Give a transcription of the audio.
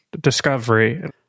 Discovery